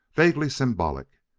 vaguely symbolic.